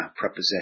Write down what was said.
preposition